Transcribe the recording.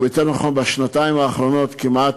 או יותר נכון בשנתיים האחרונות כמעט,